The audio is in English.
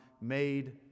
made